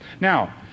Now